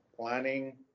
planning